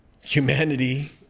humanity